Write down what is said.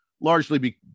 largely